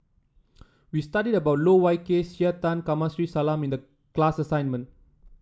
we studied about Loh Wai Kiew Jean Tay Kamsari Salam in the class assignment